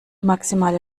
maximale